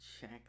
check